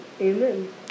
Amen